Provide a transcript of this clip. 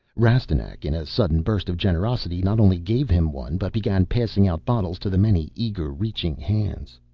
rastignac, in a sudden burst of generosity, not only gave him one, but began passing out bottles to the many eager reaching hands.